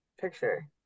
picture